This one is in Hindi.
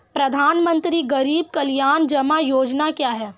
प्रधानमंत्री गरीब कल्याण जमा योजना क्या है?